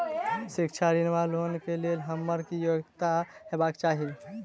शिक्षा ऋण वा लोन केँ लेल हम्मर की योग्यता हेबाक चाहि?